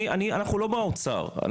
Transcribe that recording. אנחנו לא באוצר,